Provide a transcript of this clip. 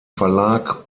verlag